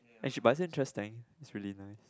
actually but it's interesting it's really nice